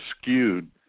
skewed